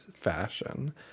fashion